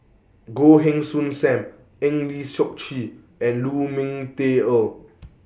Goh Heng Soon SAM Eng Lee Seok Chee and Lu Ming Teh Earl